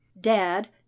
dad